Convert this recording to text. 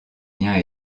liens